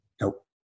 Nope